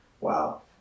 Wow